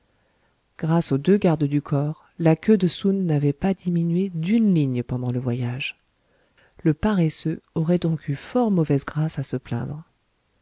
grâce aux deux gardes du corps la queue de soun n'avait pas diminué d'une ligne pendant le voyage le paresseux aurait donc eu fort mauvaise grâce à se plaindre